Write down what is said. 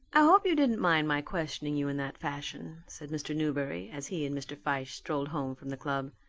i hope you didn't mind my questioning you in that fashion, said mr. newberry, as he and mr. fyshe strolled home from the club.